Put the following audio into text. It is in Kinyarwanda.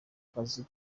kazi